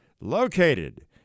located